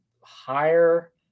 higher